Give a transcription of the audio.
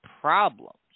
problems